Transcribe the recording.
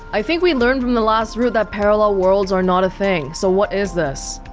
i think we learned from the last route that parallel worlds are not a thing, so what is this?